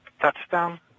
touchdown